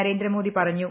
നരേന്ദ്രമോദി പറഞ്ഞു